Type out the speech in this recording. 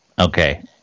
Okay